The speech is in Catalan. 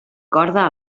corda